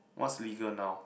what's legal now